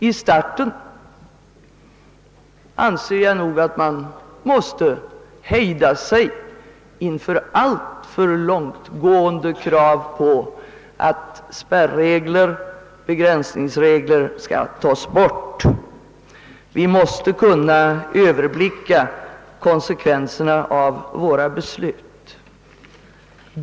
I starten bör vi emellertid hejda oss inför alltför långtgående krav på att spärregler eller begränsningsregler skall tas bort; vi måste kunna överblicka konsekvenserna av våra beslut.